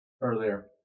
earlier